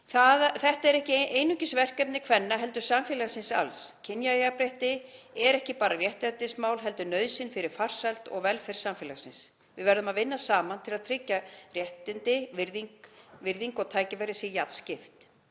Þetta er ekki einungis verkefni kvenna heldur samfélagsins alls. Kynjajafnrétti er ekki bara réttlætismál heldur nauðsyn fyrir farsæld og velferð samfélagsins. Við verðum að vinna saman til að tryggja að réttindum, virðingu og tækifærum sé jafnt skipt.